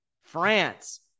France